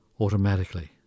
Automatically